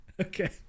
Okay